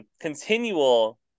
continual